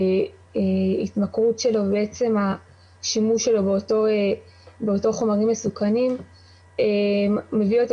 ההתמכרות שלו ועצם השימוש שלו באותם חומרים מסוכנים מביא אותו